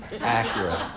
accurate